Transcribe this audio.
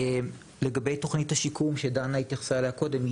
לגבי תוכנית השיקום שדנה התייחסה אליה קודם.